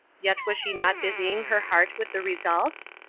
yet was she not busying her heart with the results?